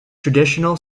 traditional